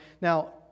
Now